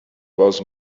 was